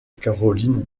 caroline